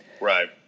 Right